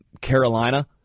Carolina